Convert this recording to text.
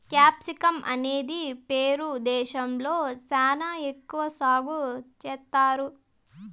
capsicum అనేది Peru దేశంలో శ్యానా ఎక్కువ సాగు చేత్తారు